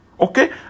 Okay